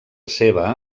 seva